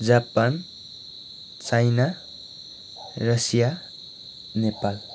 Japan China Russia Nepal